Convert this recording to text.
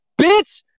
bitch